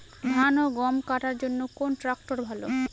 ধান ও গম কাটার জন্য কোন ট্র্যাক্টর ভালো?